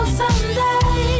someday